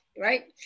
right